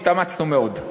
התאמצנו מאוד.